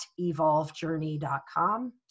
evolvejourney.com